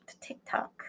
TikTok